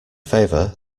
favour